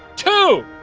two,